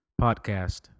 podcast